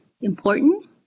important